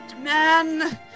man